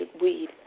weed